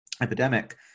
epidemic